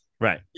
right